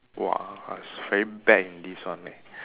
!whoa! I very bad in this one leh